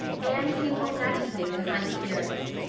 anne came home that evening in high spirits.